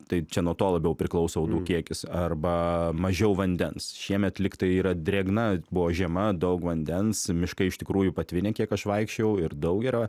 tai čia nuo to labiau priklauso uodų kiekis arba mažiau vandens šiemet lyg tai yra drėgna buvo žiema daug vandens miškai iš tikrųjų patvinę kiek aš vaikščiojau ir daug yra